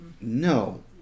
No